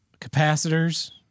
capacitors